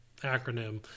acronym